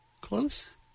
Close